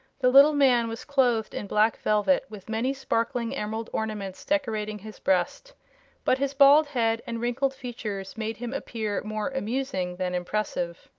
the little man was clothed in black velvet, with many sparkling emerald ornaments decorating his breast but his bald head and wrinkled features made him appear more amusing than impressive.